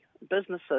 businesses